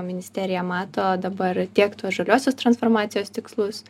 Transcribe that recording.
ministerija mato dabar tiek tuos žaliuosius transformacijos tikslus